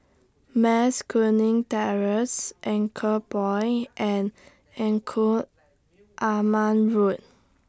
Mas Kuning Terrace Anchorpoint and Engku Aman Road